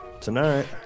tonight